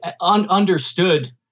understood